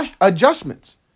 adjustments